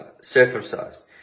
circumcised